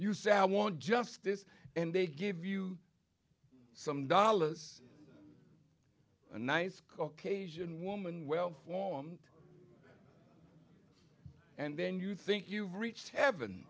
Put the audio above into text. you say i want justice and they give you some dollars a nice caucasian woman well formed and then you think you've reached heaven